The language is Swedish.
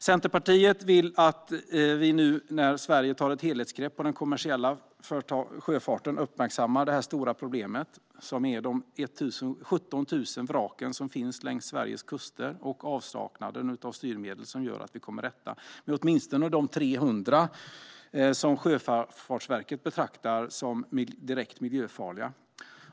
Centerpartiet vill, i och med att Sverige nu tar ett helhetsgrepp på den kommersiella sjöfarten, uppmärksamma det stora problem som är de 17 000 vrak som finns längs Sveriges kuster och avsaknaden av styrmedel som skulle göra att vi kommer till rätta med åtminstone de 300 som Sjöfartsverket betraktar som direkt miljöfarliga.